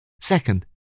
Second